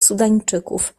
sudańczyków